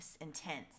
intense